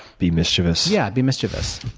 be mischievous. yeah. be mischievous.